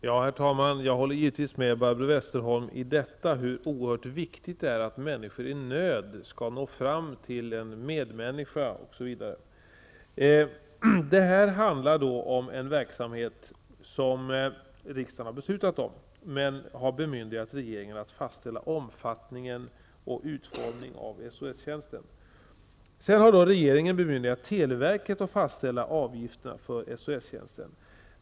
Herr talman! Jag håller givetvis med Barbro Westerholm i detta, hur oerhört viktigt det är att människor i nöd skall nå fram till en medmänniska. Det här handlar om en verksamhet som riksdagen har beslutat om. Men riksdagen har bemyndigat regeringen att fastställa omfattningen och utformningen av SOS-tjänsten. Sedan har regeringen bemyndigat televerket att fastställa avgifterna för SOS-tjänsten.